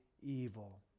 evil